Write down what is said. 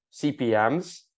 CPMs